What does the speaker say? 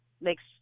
makes